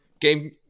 game